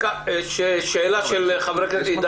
אני יודע שב-זום